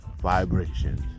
vibrations